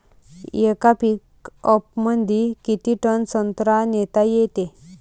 येका पिकअपमंदी किती टन संत्रा नेता येते?